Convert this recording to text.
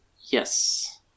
Yes